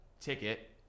ticket